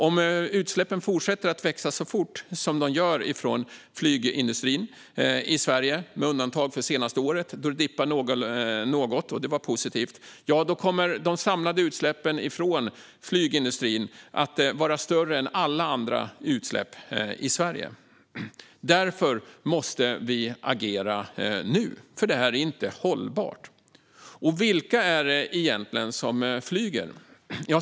Om utsläppen från flygindustrin i Sverige fortsätter att växa lika fort som de gör nu - med undantag för det senaste året då de dippade något, vilket var positivt - kommer de samlade utsläppen från flygindustrin snart att vara större än alla andra utsläpp i Sverige. Därför måste vi agera nu. Detta är inte hållbart. Vilka är det egentligen som flyger?